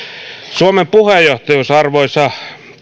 suomen puheenjohtajuus arvoisa